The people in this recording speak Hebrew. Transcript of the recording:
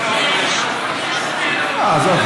עזוב,